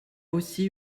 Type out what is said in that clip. aussi